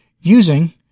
using